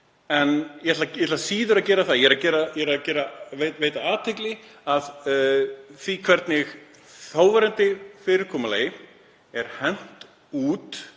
en ég ætla síður að gera það. Ég er að beina athygli að því hvernig þáverandi fyrirkomulagi er hent út